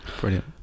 Brilliant